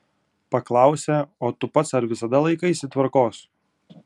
paklausę o tu pats ar visada laikaisi tvarkos